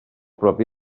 propi